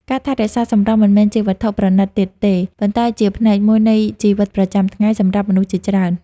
ការថែរក្សាសម្រស់មិនមែនជាវត្ថុប្រណីតទៀតទេ ប៉ុន្តែជាផ្នែកមួយនៃជីវិតប្រចាំថ្ងៃសម្រាប់មនុស្សជាច្រើន។